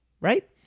Right